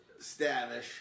Stavish